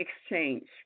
exchange